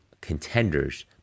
contenders